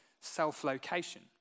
self-location